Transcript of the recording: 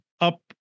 up